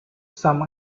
some